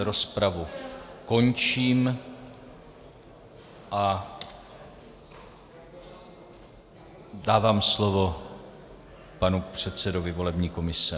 Rozpravu končím a dávám slovo panu předsedovi volební komise.